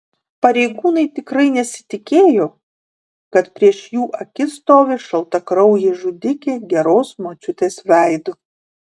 pareigūnai tikrai nesitikėjo kad prieš jų akis stovi šaltakraujė žudikė geros močiutės veidu